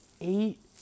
eight